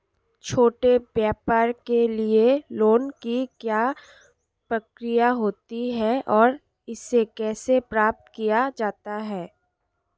छोटे व्यापार के लिए लोंन की क्या प्रक्रिया होती है और इसे कैसे प्राप्त किया जाता है?